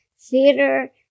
theater